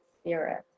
spirit